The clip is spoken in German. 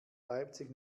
leipzig